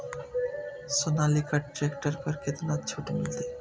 Sonalika tractor पर केतना छूट मिलते?